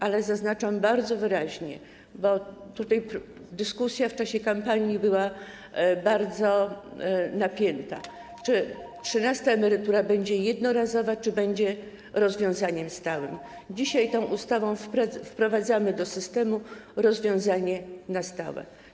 Ale zaznaczam bardzo wyraźnie - bo dyskusja w czasie kampanii była bardzo napięta, dotycząca tego, czy trzynasta emerytura będzie jednorazowa, czy będzie rozwiązaniem stałym - że dzisiaj tą ustawą wprowadzamy do systemu rozwiązanie na stałe.